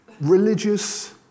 religious